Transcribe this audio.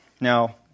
Now